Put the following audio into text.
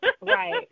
right